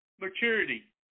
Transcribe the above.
maturity